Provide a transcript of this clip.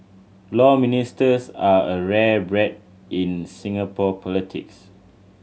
Law Ministers are a rare breed in Singapore politics